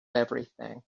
everything